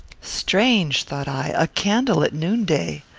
strange, thought i a candle at noonday!